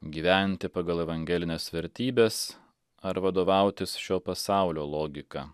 gyventi pagal evangelines vertybes ar vadovautis šio pasaulio logika